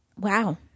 Wow